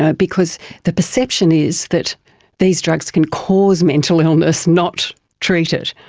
ah because the perception is that these drugs can cause mental illness, not treat it.